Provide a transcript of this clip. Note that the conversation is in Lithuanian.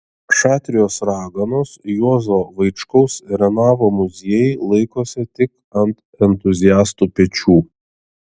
šatrijos raganos juozo vaičkaus renavo muziejai laikosi tik ant entuziastų pečių